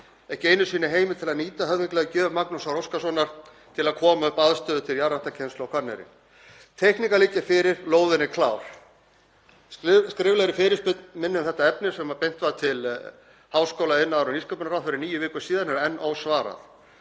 ekki einu sinni heimild til að nýta höfðinglega gjöf Magnúsar Óskarssonar til að koma upp aðstöðu til jarðræktarkennslu á Hvanneyri. Teikningar liggja fyrir, lóðin er klár. Skriflegri fyrirspurn minni um þetta efni sem beint var til háskóla-, iðnaðar- og nýsköpunarráðherra fyrir níu vikum síðan er enn ósvarað.